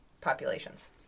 populations